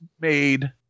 made